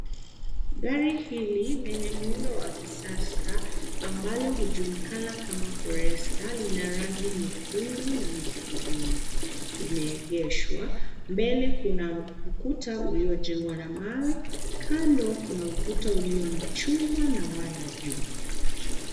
Gari hili lenye muundo wa kisasa ambalo hujulikana kama Forester lina rangi nyekundu na migurudumu limeegeshwa. Mbele kuna ukuta uliojengwa na mawe. Kando kuna ukuta uliojengwa na chuma na waya juu.